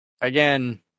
Again